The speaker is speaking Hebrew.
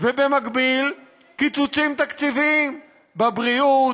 ובמקביל קיצוצים תקציביים בבריאות,